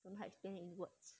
don't type them in words